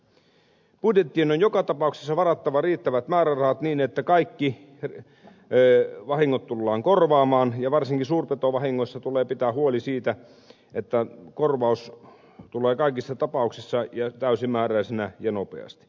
budjettiin on joka tapauksessa varattava riittävät määrärahat niin että kaikki vahingot tullaan korvaamaan ja varsinkin suurpetovahingoissa tulee pitää huoli siitä että korvaus tulee kaikissa tapauksissa ja täysimääräisenä ja nopeasti